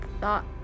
thought